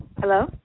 Hello